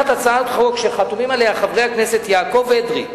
בפניכם מונחת הצעת חוק שחתומים עליה חברי הכנסת יעקב אדרי,